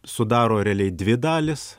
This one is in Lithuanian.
sudaro realiai dvi dalys